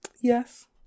Yes